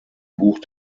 buch